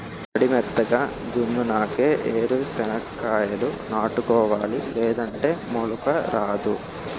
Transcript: మడి మెత్తగా దున్నునాకే ఏరు సెనక్కాయాలు నాటుకోవాలి లేదంటే మొలక రాదు